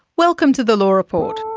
welcome to the law report.